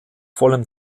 vollem